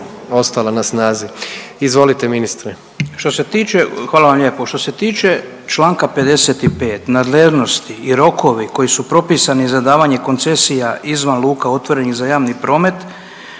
ostala na snazi. Izvolite ministre. **Butković, Oleg (HDZ)** Što se tiče, hvala vam lijepo, što se tiče čl. 55. nadležnosti i rokovi koji su propisani za davanje koncesija izvan luka otvorenih za javni promet,